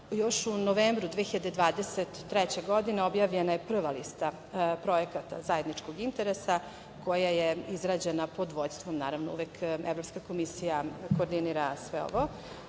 Još u novembru 2023. godine, objavljena je prva lista zajedničkog projekta, zajedničkog interesa koja je izrađena pod vođstvom, naravno, Evropske komisije, koordinira sve ovo